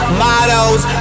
mottos